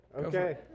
Okay